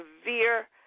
severe